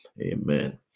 Amen